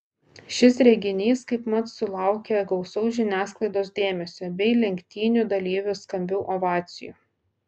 šis reginys kaipmat sulaukė gausaus žiniasklaidos dėmesio bei lenktynių dalyvių skambių ovacijų